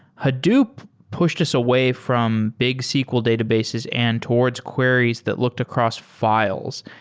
hadoop pushed us away from big sql databases and towards queries that looked across fi les.